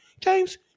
James